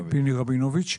פיני רבינוביץ'.